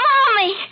Mommy